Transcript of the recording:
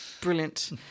Brilliant